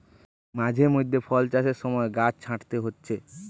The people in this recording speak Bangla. মাঝে মধ্যে ফল চাষের সময় গাছ ছাঁটতে হচ্ছে